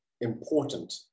important